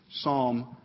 psalm